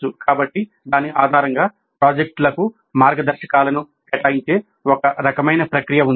కాబట్టి దాని ఆధారంగా ప్రాజెక్టులకు మార్గదర్శకాలను కేటాయించే ఒక రకమైన ప్రక్రియ ఉంది